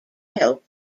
help